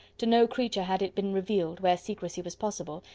to no creature had it been revealed, where secrecy was possible,